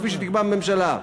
כפי שתקבע הממשלה.